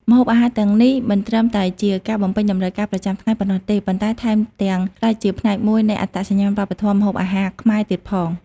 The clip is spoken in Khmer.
ម្ហូបអាហារទាំងនេះមិនត្រឹមតែជាការបំពេញតម្រូវការប្រចាំថ្ងៃប៉ុណ្ណោះទេ ប៉ុន្តែថែមទាំងក្លាយជាផ្នែកមួយនៃអត្តសញ្ញាណវប្បធម៌ម្ហូបអាហារខ្មែរទៀតផង។